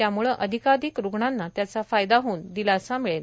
त्यामुळे अधिकाधिक रुग्णांना त्याचा फायदा होऊन दिलासा मिळेल